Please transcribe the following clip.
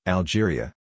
Algeria